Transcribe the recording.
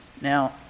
Now